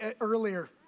earlier